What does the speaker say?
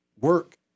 work